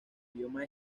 idioma